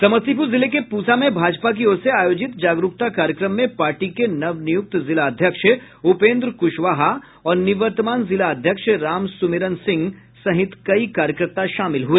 समस्तीपुर जिले के पूसा में भाजपा की ओर से आयोजित जागरूकता कार्यक्रम में पार्टी के नवनियुक्त जिला अध्यक्ष उपेन्द्र कुशवाहा और निवर्तमान जिला अध्यक्ष राम सुमिरन सिंह सहित कई कार्यकर्ता शामिल हुए